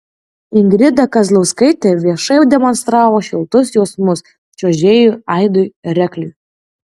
ingrida kazlauskaitė viešai demonstravo šiltus jausmus čiuožėjui aidui rekliui